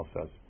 says